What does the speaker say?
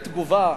תגובה,